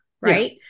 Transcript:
Right